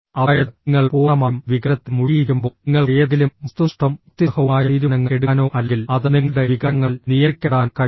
അതായത് നിങ്ങൾ പൂർണ്ണമായും വികാരത്തിൽ മുഴുകിയിരിക്കുമ്പോൾ നിങ്ങൾക്ക് ഏതെങ്കിലും വസ്തുനിഷ്ഠവും യുക്തിസഹവുമായ തീരുമാനങ്ങൾ എടുക്കാനോ അല്ലെങ്കിൽ അത് നിങ്ങളുടെ വികാരങ്ങളാൽ നിയന്ത്രിക്കപ്പെടാനോ കഴിയുമോ